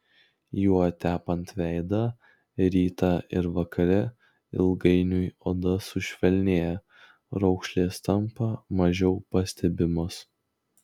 juo tepant veidą rytą ir vakare ilgainiui oda sušvelnėja raukšlės tampa mažiau pastebimos